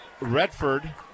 Redford